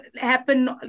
happen